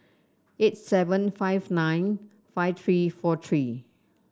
eight seven five nine five three four three